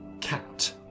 Cat